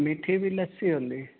ਮਿੱਠੀ ਵੀ ਲੱਸੀ ਹੁੰਦੀ